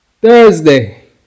Thursday